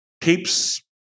keeps –